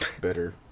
better